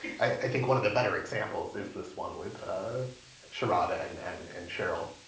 i think one of the better examples is this one with sherada and and and cheryl.